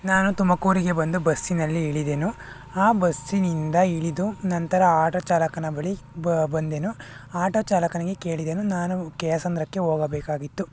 ನಾನು ತುಮಕೂರಿಗೆ ಬಂದು ಬಸ್ಸಿನಲ್ಲಿ ಇಳಿದೆನು ಆ ಬಸ್ಸಿನಿಂದ ಇಳಿದು ನಂತರ ಆಟೋ ಚಾಲಕನ ಬಳಿ ಬ ಬಂದೆನು ಆಟೋ ಚಾಲಕನಿಗೆ ಕೇಳಿದೆನು ನಾನು ಕೆಯಸಂದ್ರಕ್ಕೆ ಹೋಗಬೇಕಾಗಿತ್ತು